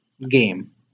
game